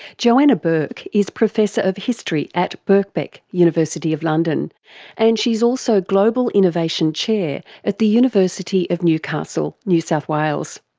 joanna bourke is professor of history at birkbeck university of london and she's also global innovation chair at the university of newcastle, new south wales.